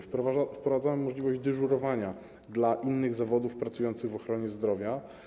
Wprowadzamy możliwość dyżurowania dla innych zawodów pracujących w ochronie zdrowia.